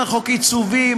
חוק עיצובים?